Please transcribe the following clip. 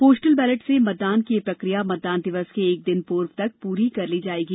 postal ballot से मतदान की यह प्रक्रिया मतदान दिवस के एक दिन पूर्व तक पूर्ण कर ली जायेगी